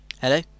Hello